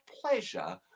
pleasure